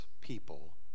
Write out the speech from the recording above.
people